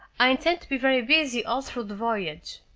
i intend to be very busy all through the voyage.